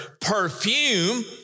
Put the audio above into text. perfume